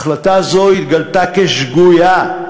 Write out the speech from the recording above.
החלטה זו התגלתה כשגויה.